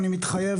אני מתחייב,